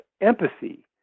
empathy